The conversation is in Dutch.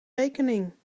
rekening